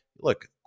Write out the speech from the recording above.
look